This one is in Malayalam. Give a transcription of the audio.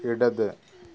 ഇടത്